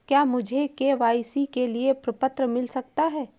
क्या मुझे के.वाई.सी के लिए प्रपत्र मिल सकता है?